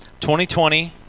2020